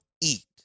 eat